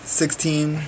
sixteen